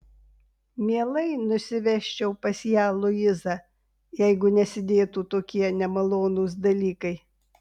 mielai nusivežčiau pas ją luizą jeigu nesidėtų tokie nemalonūs dalykai